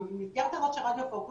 במסגרת הזאת של רדיו פוקוס,